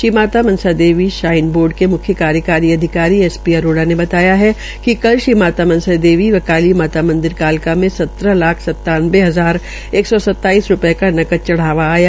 Shri Mata Mansa Devi shrine board के मुख्य कार्यकारी अधिकारी श्री अरोड़ा ने बताया कि कल श्री माता मनसा देवी व काली मंदिर कालका मे सत्रह लाख सतावनवे हजार एक सौ सौ सताइस रूपये का नकद चढ़ावा आया